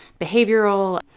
behavioral